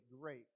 great